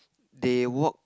they walk